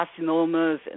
carcinomas